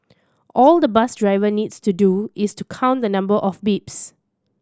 all the bus driver needs to do is to count the number of beeps